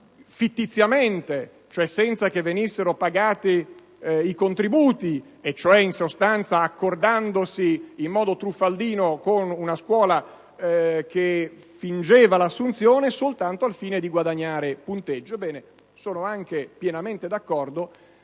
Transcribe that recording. statale, cioè senza che venissero pagati i contributi, in sostanza accordandosi in modo truffaldino con una scuola che fingeva l'assunzione soltanto al fine di guadagnare punteggio. Questa è la situazione.